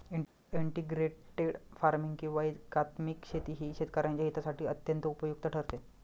integrated farming किंवा एकात्मिक शेती ही शेतकऱ्यांच्या हितासाठी अत्यंत उपयुक्त ठरते